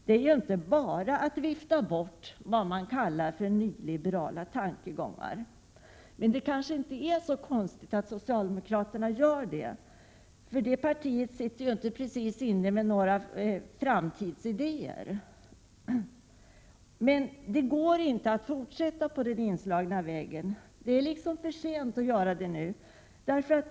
Det går inte att bara vifta bort det man kallar för nyliberala tankegångar. Men det kanske inte är så konstigt att socialdemokraterna gör det, eftersom det partiet inte sitter inne med några framtidsidéer. Det går inte att fortsätta på den inslagna vägen. Det har gått för långt.